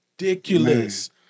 ridiculous